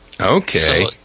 okay